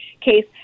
case